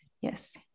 Yes